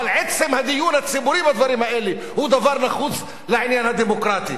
אבל עצם הדיון הציבורי בדברים האלה הוא דבר נחוץ לעניין הדמוקרטי.